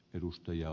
edustaja